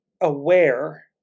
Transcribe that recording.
aware